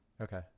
okay